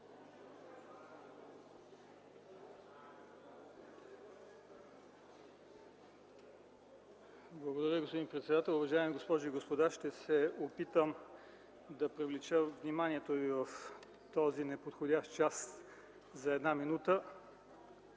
Благодаря Ви, господин председател. Уважаеми госпожи и господа, ще се опитам да привлека вниманието ви в този неподходящ час за една минута.